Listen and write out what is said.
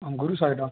ଅଙ୍ଗୁରୁ ଶହେ ଟଙ୍କା